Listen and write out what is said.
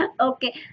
okay